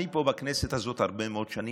אני פה בכנסת הזאת הרבה מאוד שנים,